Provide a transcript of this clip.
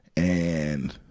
and,